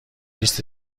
لیست